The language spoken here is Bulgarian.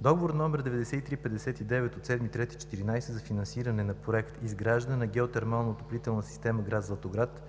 Договор № 93-59 от 7 март 2014 г. за финансиране на проект „Изграждане на геотермална отоплителна система – град Златоград“,